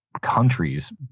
countries